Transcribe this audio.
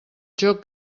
joc